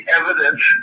evidence